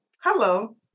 hello